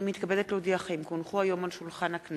אני קובע שהצעתו של חבר הכנסת רוברט אילטוב